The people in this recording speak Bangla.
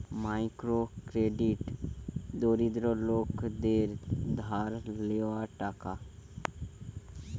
মাইক্রো ক্রেডিট দরিদ্র লোকদের ধার লেওয়া টাকা